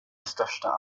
största